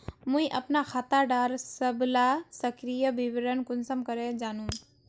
मुई अपना खाता डार सबला सक्रिय विवरण कुंसम करे जानुम?